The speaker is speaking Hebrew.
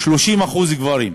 30% גברים.